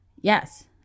Yes